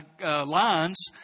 lines